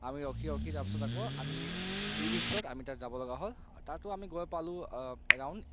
আমি ৰখি ৰখি তাৰপিছত আকৌ আমি ই ৰিক্সাত আমি তাত যাব লগা হ'ল তাতো আমি গৈ পালো এৰাউণ্ড